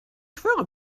quere